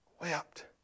wept